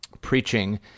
preaching